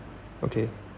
okay